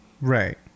right